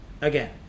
again